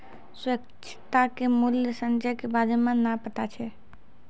श्वेता के मूल्य संचय के बारे मे नै पता छै